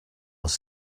els